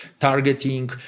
targeting